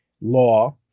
Law